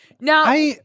Now